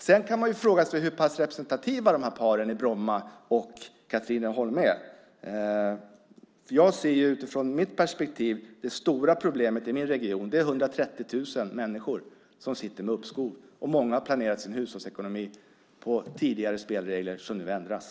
Sedan kan man fråga sig hur pass representativa dessa par i Bromma och Katrineholm är. Utifrån mitt perspektiv är det stora problemet i min region att 130 000 människor sitter med uppskov. Många har planerat sin hushållsekonomi efter spelregler som nu ändras.